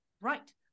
right